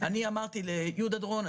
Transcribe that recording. אני אמרתי ליהודה דורון,